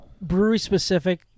brewery-specific